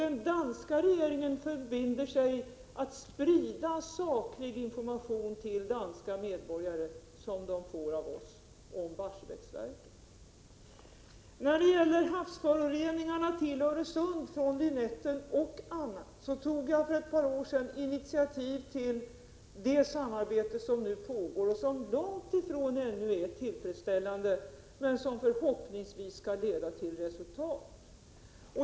Den danska regeringen förbinder sig att till danska medborgare sprida saklig information som den får av oss om Barsebäcksverket. När det gäller havsföroreningarna till Öresund från bla. Lynetten tog jag för ett par år sedan initiativ till det samarbete som nu pågår, som långt ifrån ännu är tillfredsställande men som förhoppningsvis skall leda till resultat.